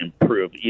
improve